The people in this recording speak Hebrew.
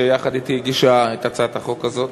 שיחד אתי הגישה את הצעת החוק הזאת,